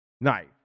knife